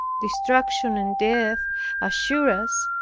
destruction and death assure us,